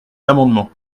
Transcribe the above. l’amendement